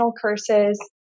curses